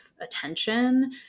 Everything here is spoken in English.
attention